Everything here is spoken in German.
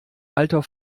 alter